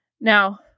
Now